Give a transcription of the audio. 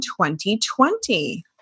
2020